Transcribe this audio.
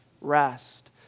rest